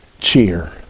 cheer